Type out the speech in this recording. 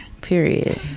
period